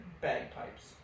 bagpipes